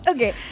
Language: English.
Okay